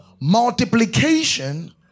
Multiplication